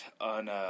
on